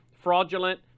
fraudulent